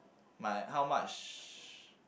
my how much